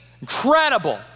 incredible